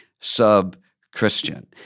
sub-Christian